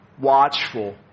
watchful